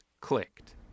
clicked